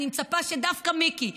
אני מצפה שדווקא מיקי,